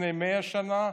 לפני 100 שנה,